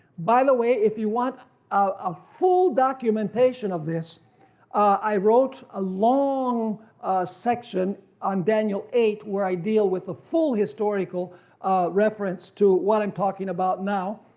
by the way if you want a full documentation of this i wrote a long section on daniel eight where i deal with the full historical reference to what i'm talking about now.